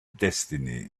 destiny